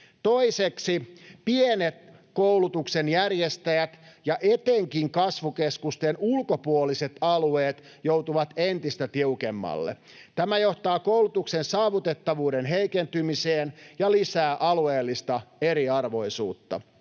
Toiseksi, pienet koulutuksen järjestäjät ja etenkin kasvukeskusten ulkopuoliset alueet joutuvat entistä tiukemmalle. Tämä johtaa koulutuksen saavutettavuuden heikentymiseen ja lisää alueellista eriarvoisuutta.